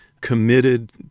committed